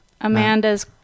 Amanda's